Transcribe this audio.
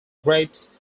grapes